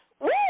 Woo